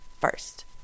first